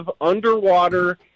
underwater